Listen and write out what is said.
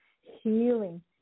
healing